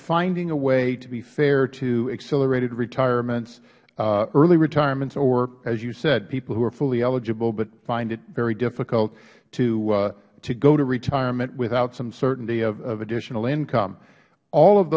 finding a way to be fair to accelerated retirements early retirements or as you said people who are fully eligible but find it very difficult to go to retirement without some certainty of additional income all of